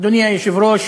אדוני היושב-ראש,